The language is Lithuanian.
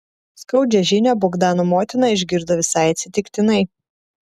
skaudžią žinią bogdano motina išgirdo visai atsitiktinai